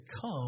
come